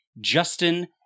Justin